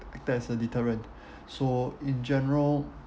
acted as a deterrent so in general